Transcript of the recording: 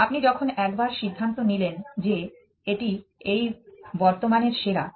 আপনি যখন একবার সিদ্ধান্ত নিলেন যে এটি এই বর্তমানের সেরা